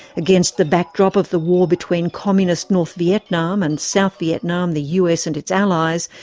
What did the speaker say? against the backdrop of the war between communist north vietnam and south vietnam, the us and its allies,